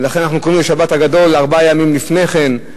ולכן אנחנו קוראים לו "שבת הגדול" ארבעה ימים לפני כן,